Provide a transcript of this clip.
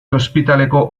ospitaleko